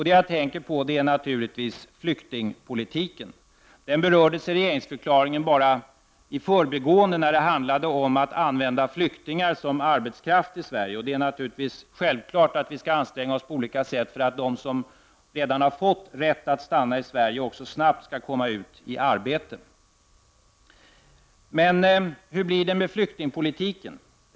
Det jag tänker på är naturligtvis flyktingpolitiken. Den berördes endast i förbigående i regeringsförklaringen, och då handlade det om att flyktingar skulle användas som arbetskraft i Sverige. Och det är naturligtvis självklart att vi skall anstränga oss på olika sätt för att de personer som redan har fått rätt att stanna i Sverige så snabbt som möjligt skall komma ut i arbete. Men hur blir det med flyktingpolitiken?